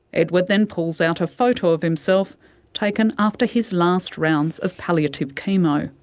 edward then pulls out a photo of himself taken after his last rounds of palliative chemo.